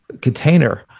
container